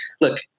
look